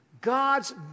God's